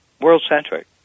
world-centric